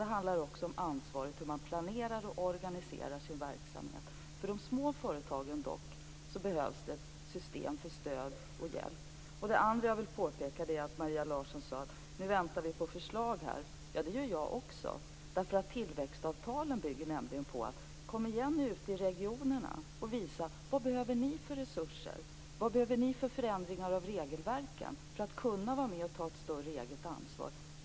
Det handlar också om ansvar, hur man planerar och organiserar sin verksamhet. För de små företagen behövs det dock ett system för stöd och hjälp. Maria Larsson sade att hon väntade på förslag. Ja, det gör jag också. Tillväxtavtalen bygger nämligen på att man skall komma igen ute i regionerna och visa vilka resurser och förändringar av regelverken som behövs för att de skall kunna vara med och ta ett större eget ansvar.